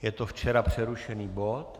Je to včera přerušený bod.